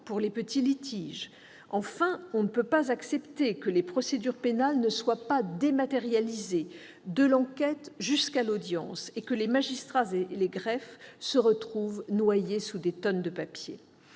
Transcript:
pour les petits litiges. Enfin, on ne peut accepter que les procédures pénales ne soient pas dématérialisées, de l'enquête jusqu'à l'audience, et que les magistrats et les greffes se trouvent noyés sous le papier.